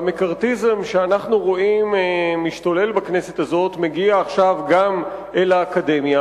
המקארתיזם שאנחנו רואים משתולל בכנסת הזאת מגיע עכשיו גם אל האקדמיה,